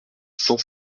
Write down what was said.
cent